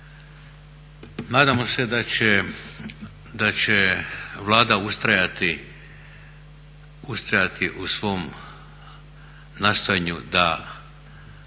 Nadamo se da će Vlada ustrajati u svom nastojanju da